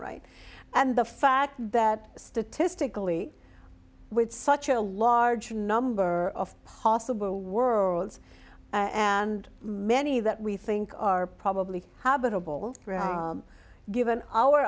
right and the fact that statistically with such a large number of possible worlds and many that we think are probably habitable given our